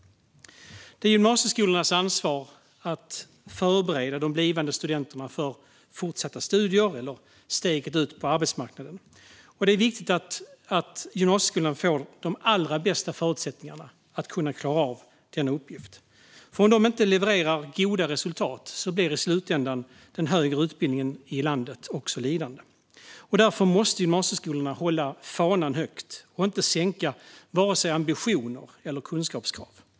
Det är gymnasieskolornas ansvar att förbereda de blivande studenterna för fortsatta studier eller för att ta steget ut på arbetsmarknaden. Det är viktigt att gymnasieskolan får de allra bästa förutsättningarna för att klara av denna uppgift, för om gymnasieskolan inte levererar goda resultat blir i slutändan den högre utbildningen i landet lidande. Därför måste gymnasieskolorna hålla fanan högt och inte sänka vare sig ambitioner eller kunskapskrav.